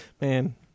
Man